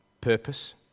Purpose